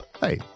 Hey